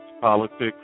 politics